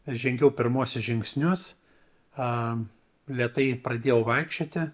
žengiau pirmuosius žingsnius a lėtai pradėjau vaikščioti